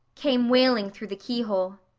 came wailing through the keyhole,